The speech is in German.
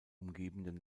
umgebenden